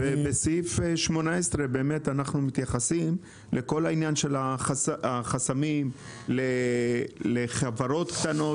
בסעיף 18 אנחנו מתייחסים לכל עניין החסמים לחברות הקטנות.